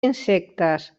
insectes